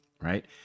right